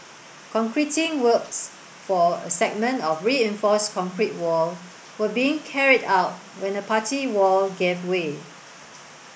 concreting works for a segment of reinforced concrete wall were being carried out when the party wall gave way